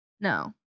No